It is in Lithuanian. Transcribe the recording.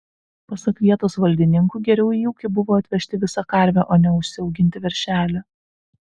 pasak vietos valdininkų geriau į ūkį buvo atvežti visą karvę o ne užsiauginti veršelį